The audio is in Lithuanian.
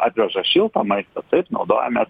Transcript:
atveža šiltą maistą taip naudojamės